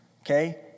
okay